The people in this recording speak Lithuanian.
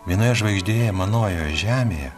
vienoje žvaigždėje manojoje žemėje